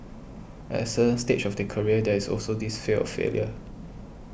at a certain stage of the career there is also this fear of failure